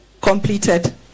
completed